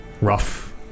Rough